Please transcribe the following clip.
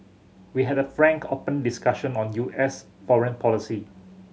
we had a frank open discussion on U S foreign policy